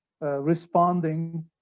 responding